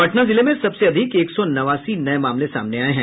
पटना जिले में सबसे अधिक एक सौ नवासी नये मामले सामने आये हैं